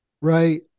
right